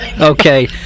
okay